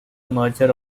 merger